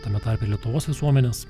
tame tarpe lietuvos visuomenės